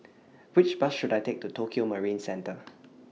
Which Bus should I Take to Tokio Marine Centre